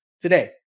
today